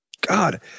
God